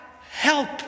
help